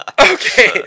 Okay